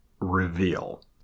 reveal